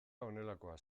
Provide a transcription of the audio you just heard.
honelakoa